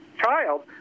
child